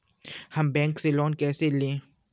हम बैंक से लोन कैसे लें?